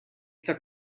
the